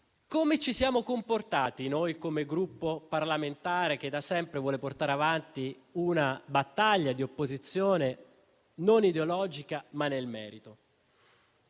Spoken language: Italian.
Come ci siamo dunque comportati come Gruppo parlamentare che da sempre vuole portare avanti una battaglia di opposizione non ideologica, ma nel merito?